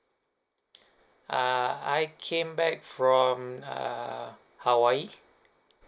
uh I came back from err hawaii